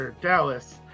Dallas